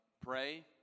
pray